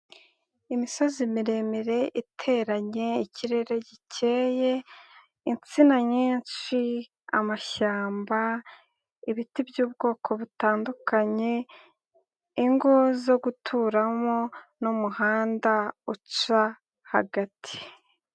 Imisozi miremire iteranye, ikirere gikeye, insina nyinshi, amashyamba, ibiti by'ubwoko butandukanye, ingo zo guturamo n'umuhanda uca hagati.